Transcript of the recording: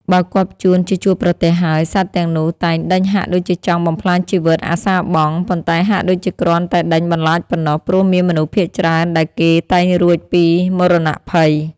បើគាប់ចួនជាជួបប្រទះហើយ សត្វទាំងនោះតែងដេញហាក់ដូចជាចង់បំផ្លាញជីវិតអាសាបង់ ប៉ុន្តែហាក់ដូចជាគ្រាន់តែដេញបន្លាចប៉ុណ្ណោះ ព្រោះមានមនុស្សភាគច្រើនដែលគេតែងរួចពីមរណភ័យ ។